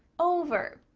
over,